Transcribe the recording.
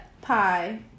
pie